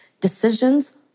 decisions